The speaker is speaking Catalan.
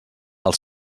els